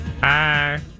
Hi